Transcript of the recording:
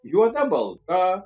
juoda balta